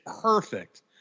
perfect